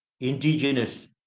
indigenous